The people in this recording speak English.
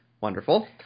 Wonderful